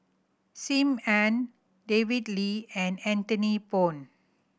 Sim Ann David Lee and Anthony Poon